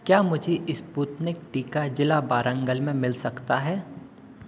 क्या मुझे स्पुतनिक टीका ज़िला वारन्गल में मिल सकता है